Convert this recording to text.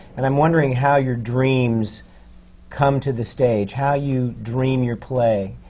and i'm wondering how your dreams come to the stage, how you dream your play,